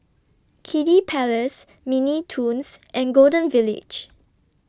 Kiddy Palace Mini Toons and Golden Village